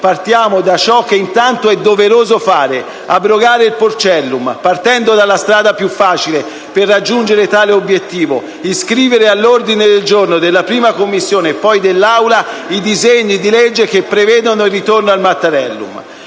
partiamo da ciò che intanto è doveroso fare: abrogare il porcellum partendo dalla strada più facile per raggiungere tale obiettivo, ovvero iscrivere all'ordine del giorno della 1a Commissione e poi dell'Aula i disegni di legge che prevedono il ritorno al Mattarellum.